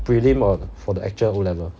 prelim or the actual O level